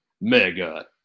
mega